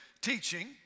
teaching